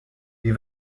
wie